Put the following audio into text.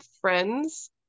friends